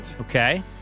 Okay